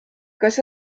kas